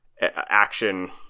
action